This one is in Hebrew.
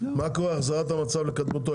מה קורה, החזרת המצב לקדמותו?